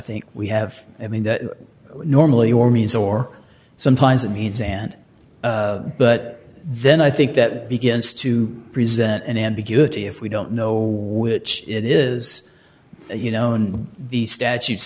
think we have i mean that normally or means or sometimes it means and but then i think that begins to present an ambiguity if we don't know which it is you know in the statutes